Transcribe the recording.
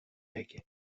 aige